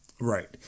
Right